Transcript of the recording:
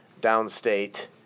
downstate